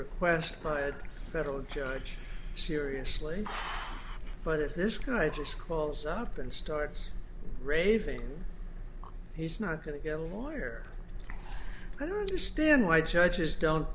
request by a federal judge seriously but if this guy just calls up and starts raving he's not going to get a lawyer i don't understand why judges don't